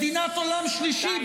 מדינת עולם שלישי,